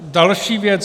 Další věc.